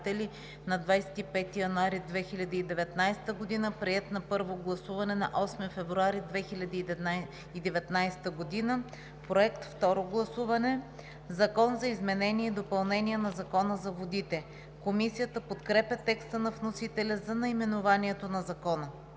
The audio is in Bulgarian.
на 25 януари 2019 г., приет на първо гласуване на 8 февруари 2019 г. Проект – второ гласуване. „Закон за изменение и допълнение на Закона за водите“. Комисията подкрепя текста на вносителя за наименованието на Закона.